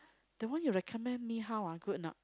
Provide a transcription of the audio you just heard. that one you recommend me how ah good or not